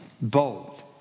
Bold